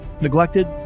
neglected